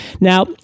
Now